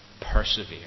persevere